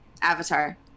Avatar